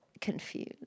confused